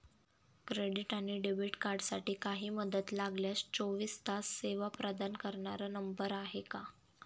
Credit आणि debit कार्डसाठी काही मदत लागल्यास चोवीस तास सेवा प्रदान करणारा नंबर आहे का?